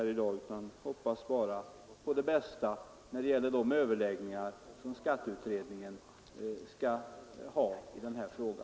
Jag hoppas bara på det bästa när det gäller de överläggningar som skatteutredningen skall ha i denna fråga.